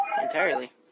entirely